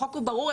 החוק הוא ברור,